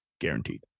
guaranteed